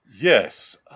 Yes